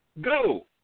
Go